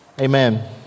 Amen